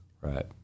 Right